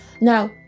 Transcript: Now